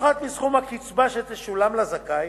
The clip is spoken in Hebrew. יופחת מסכום הקצבה שתשולם לזכאי